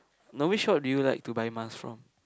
no which shop do you like to buy mask from